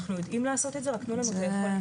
אנחנו יודעים לעשות את זה רק תנו לנו את הכלים.